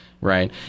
right